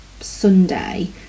Sunday